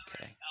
okay